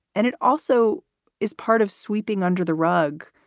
and it also is part of sweeping under the rug.